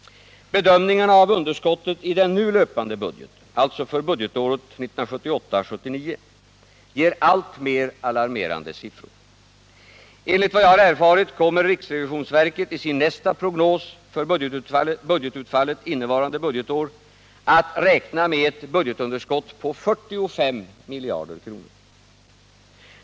Bedömningarna av underskottet i den nu löpande budgeten, alltså för budgetåret 1978/79, ger alltmer alarmerande siffror. Enligt vad jag erfarit kommer riksrevisionsverket i sin nästa prognos för budgetutfallet innevarande budgetår att räkna med ett budgetunderskott på 45 miljarder kronor.